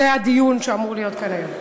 שזה הדיון שאמור להיות כאן היום.